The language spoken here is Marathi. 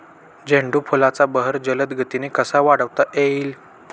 झेंडू फुलांचा बहर जलद गतीने कसा वाढवता येईल?